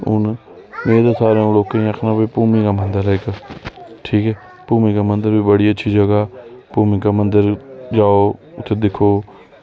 हून में ते सारें लोकें गी आक्खना कि भूमि दा मंदर ऐ इक्क ठीक ऐ भूमि दा मंदर बी इक्क बड़ी अच्छी जगह भूमिका मंदर जाओ ते उत्थें जाइयै दिक्खो